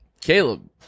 Caleb